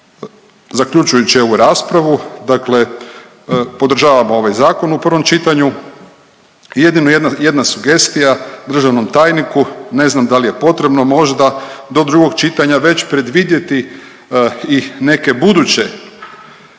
zaključujući ovu raspravu, dakle podržavamo ovaj zakon u prvom čitanju. Jedino jedna sugestija državnom tajniku, ne znam da li je potrebno možda do drugog čitanja već predvidjeti i neke buduće